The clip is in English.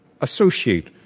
associate